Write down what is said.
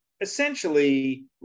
essentially